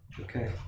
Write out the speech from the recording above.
Okay